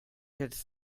quatre